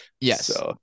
yes